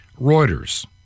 Reuters